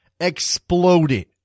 exploded